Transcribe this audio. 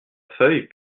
feuille